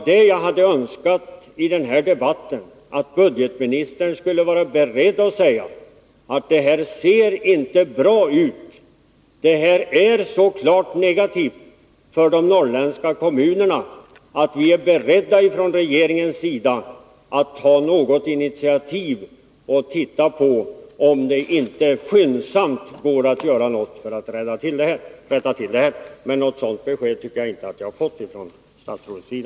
Det jag hade önskat med den här debatten var att budgetministern skulle vara beredd att säga: Det här ser inte bra ut. Detta är så klart negativt för de norrländska kommunerna att vi från regeringens sida är beredda att ta initiativ och undersöka om det inte skyndsamt går att göra något för att rätta till det här. Men något sådant besked tycker jag inte att jag har fått från statsrådets sida.